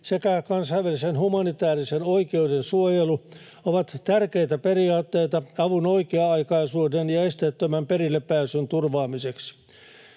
sekä kansainvälisen humanitäärisen oikeuden suojelu ovat tärkeitä periaatteita avun oikea-aikaisuuden ja esteettömän perillepääsyn turvaamiseksi.